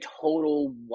total